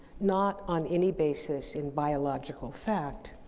not on any basis in biological fact.